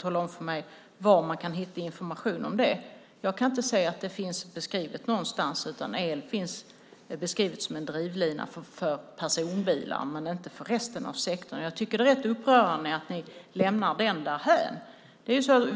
tala om för mig var man kan hitta information om det? Jag kan inte se att det finns beskrivet någonstans. Det beskrivs som en drivlina för personbilar men inte för resten av sektorn. Jag tycker att det är rätt upprörande att ni lämnar det därhän.